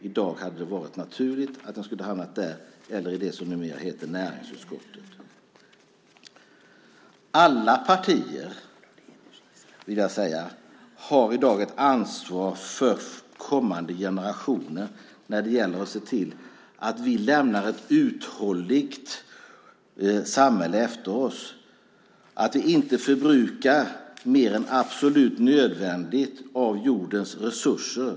I dag hade det varit naturligt att den skulle hamna där eller i det som numera heter näringsutskottet. Alla partier har i dag ansvar för kommande generationer när det gäller att se till att vi lämnar ett uthålligt samhälle efter oss, att vi inte förbrukar mer än absolut nödvändigt av jordens resurser.